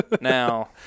now